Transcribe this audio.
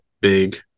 big